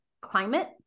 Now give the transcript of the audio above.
climate